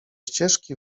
ścieżki